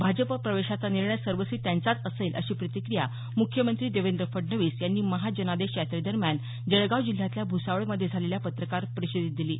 भाजप प्रवेशाचा निर्णय सर्वस्वी त्यांचाच असेल अशी प्रतिक्रिया मुख्यमंत्री देवेंद्र फडणवीस यांनी महाजनादेश यात्रेदरम्यान जळगाव जिल्ह्यातल्या भ्सावळमध्ये झालेल्या पत्रकार परिषदेत दिली